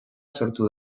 sortu